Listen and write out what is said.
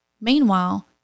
Meanwhile